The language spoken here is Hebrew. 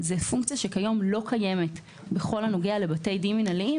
זאת פונקציה שלא קיימת היום בכל הנוגע לבתי דין מינהליים,